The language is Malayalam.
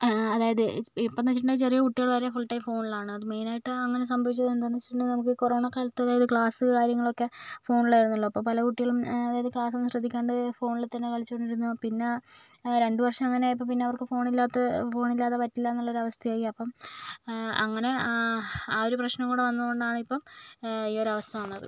അതായത് ഇപ്പോഴെന്ന് വെച്ചിട്ടുണ്ടെങ്കിൽ ചെറിയ കുട്ടികള് വരെ ഫുൾ ടൈം ഫോണിലാണ് അത് മെയിനായിട്ട് അങ്ങനെ സംഭവിച്ചത് എന്താന്ന് വെച്ചിട്ടുണ്ടെങ്കിൽ നമുക്ക് കൊറോണ കാലത്ത് അതായത് ക്ലാസും കാര്യങ്ങളൊക്കെ ഫോണിലായിരുന്നല്ലോ അപ്പോൾ പല കുട്ടികളും അതായത് ക്ലാസ്സൊന്നും ശ്രദ്ധിക്കാണ്ട് ഫോണില് തന്നെ കളിച്ചുകൊണ്ടിരുന്നാൽ പിന്നെ രണ്ട് വർഷം അങ്ങനെ ആയപ്പോൾ പിന്നെ അവർക്ക് ഫോണ് കിട്ടാത്ത ഫോണില്ലാതെ പറ്റില്ല എന്നുള്ളൊരു അവസ്ഥയായി അപ്പം അങ്ങനെ ആ ഒരു പ്രശ്നം കൂടെ വന്നത് കൊണ്ടാണ് ഇപ്പം ഈ ഒരവസ്ഥ വന്നത്